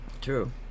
True